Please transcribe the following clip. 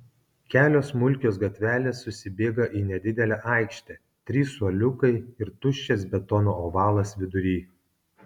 kelios smulkios gatvelės susibėga į nedidelę aikštę trys suoliukai ir tuščias betono ovalas vidury